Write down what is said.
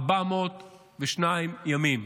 402 ימים.